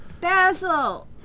Basil